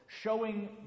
showing